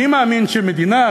אני מאמין שמדינה,